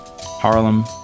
harlem